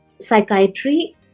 psychiatry